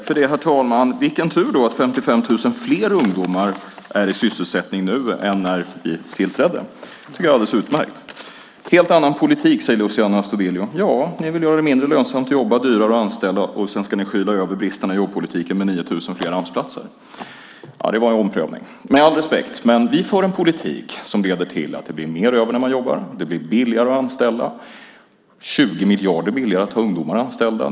Herr talman! Vilken tur då att 55 000 fler ungdomar är i sysselsättning nu än när vi tillträdde! Det tycker jag är alldeles utmärkt. Helt annan politik, säger Luciano Astudillo. Ja, ni vill göra det mindre lönsamt att jobba och dyrare att anställa. Sedan ska ni skyla över bristerna i jobbpolitiken med 9 000 fler Amsplatser. Ja, det var en omprövning. Med all respekt, men vi för en politik som leder till att det blir mer över när man jobbar. Det blir billigare att anställa, 20 miljarder billigare att ha ungdomar anställda.